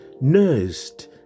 nursed